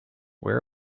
where